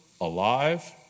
alive